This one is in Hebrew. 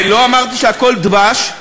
לא אמרתי שהכול דבש,